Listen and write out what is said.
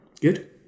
Good